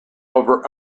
over